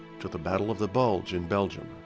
to the battle of the bulge in belgium.